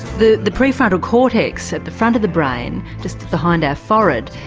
the the prefrontal cortex at the front of the brain, just behind our forehead,